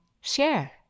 share